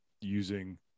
using